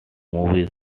movies